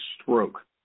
stroke